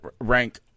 rank